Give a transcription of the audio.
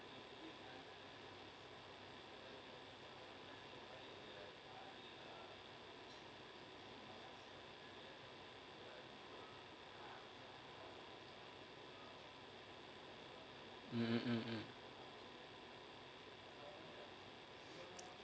mmhmm